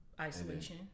Isolation